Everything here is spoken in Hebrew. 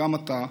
גם אתה,